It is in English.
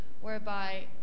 whereby